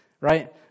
right